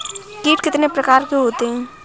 कीट कितने प्रकार के होते हैं?